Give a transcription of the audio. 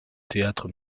théâtre